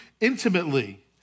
intimately